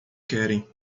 querem